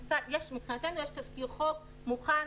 מבחינתנו יש תזכיר חוק מוכן,